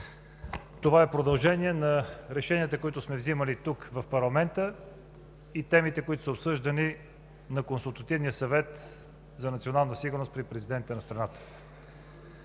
Това е продължение на решенията, които сме вземали тук, в парламента, и темите, които са обсъждани на Консултативния съвет за национална сигурност при президента на страната.